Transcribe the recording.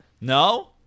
No